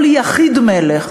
כל יחיד מלך,